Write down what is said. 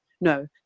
no